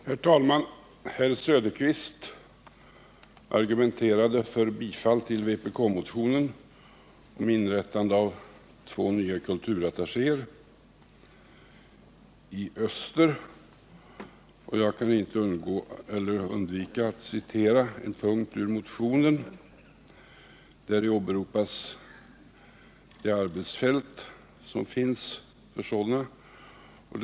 Herr talman! Herr Söderqvist argumenterade för bifall till vpk-motionen om inrättande av två nya tjänster för kulturattachéer i öster. Jag kan inte undvika att citera en passus i motionen, där det talas om arbetsfältet för de tilltänkta kulturattachéerna.